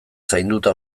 zainduta